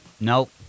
Nope